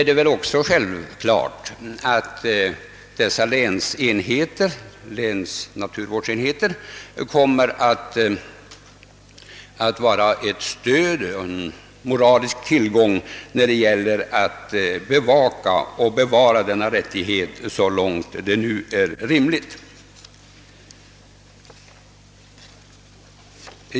Det är självklart att dessa länsnaturvårdsenheter som organiseras kommer att vara ett stöd och en bevakare av allemansrätten så långt det nu är rimligt.